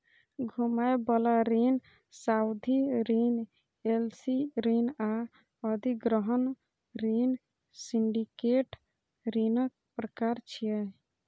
घुमै बला ऋण, सावधि ऋण, एल.सी ऋण आ अधिग्रहण ऋण सिंडिकेट ऋणक प्रकार छियै